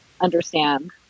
understand